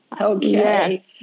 Okay